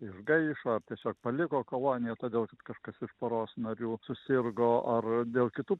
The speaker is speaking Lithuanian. išgaišo ar tiesiog paliko koloniją todėl kad kažkas iš poros narių susirgo ar dėl kitų